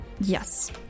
Yes